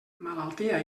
malaltia